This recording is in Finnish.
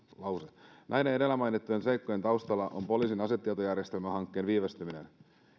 lause näiden edellä mainittujen seikkojen taustalla on poliisin asetietojärjestelmähankkeen viivästyminen